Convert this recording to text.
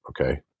Okay